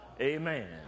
Amen